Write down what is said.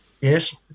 Yes